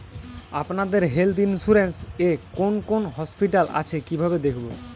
আপনাদের health insurance এ কোন কোন হসপিটাল আছে কিভাবে দেখবো?